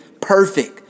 perfect